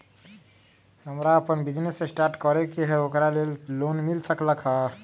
हमरा अपन business start करे के है ओकरा लेल लोन मिल सकलक ह?